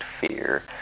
fear